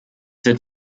wird